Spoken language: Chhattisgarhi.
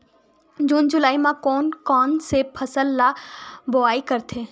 जून जुलाई म कोन कौन से फसल ल बोआई करथे?